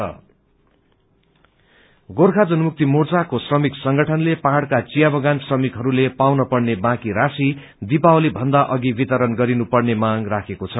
लेवर union Gorkha Janmukti मोर्चाको श्रमिक संगठनले पहाड़का चिया बगान श्रमिकहरूले पाउन पर्ने बाँकी राशी दीपावली भन्दा अघि वितरण गरिनुपर्ने मांग राखेको छ